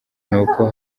nuko